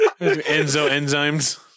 Enzo-enzymes